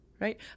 Right